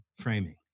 framing